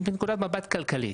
אני מדבר מנקודת מבט כלכלית.